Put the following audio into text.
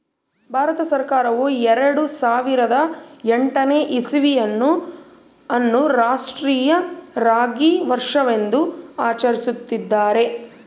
ಭಾರತ ಸರ್ಕಾರವು ಎರೆಡು ಸಾವಿರದ ಎಂಟನೇ ಇಸ್ವಿಯನ್ನು ಅನ್ನು ರಾಷ್ಟ್ರೀಯ ರಾಗಿ ವರ್ಷವೆಂದು ಆಚರಿಸುತ್ತಿದ್ದಾರೆ